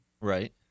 Right